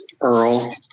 earl